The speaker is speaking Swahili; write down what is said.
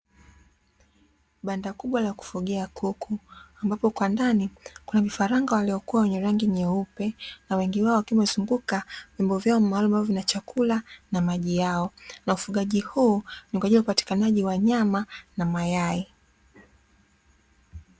Banda kubwa la kufugia Kuku ambapo kwa ndani kuna vifaranga waliokua wenye rangi nyeupe. Na wengi wao wakizunguka vyombo vyao maalum ambavyo vina chakula na maji yao, na ufugaji huu ni kwa ajili ya upatikanaji wa nyama na mayai.